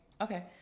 okay